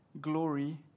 glory